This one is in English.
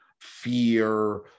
fear